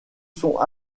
sont